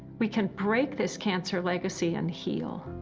we can break this cancer legacy and heal.